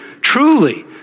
truly